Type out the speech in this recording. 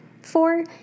Four